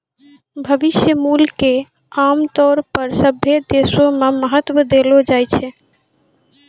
भविष्य मूल्य क आमतौर पर सभ्भे देशो म महत्व देलो जाय छै